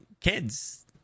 kids